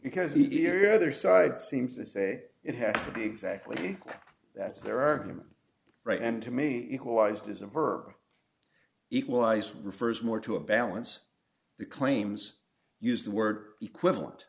because he or other side seems to say it has to be exactly that's their argument right and to me equalized is a verb equalise refers more to a balance the claims use the word equivalent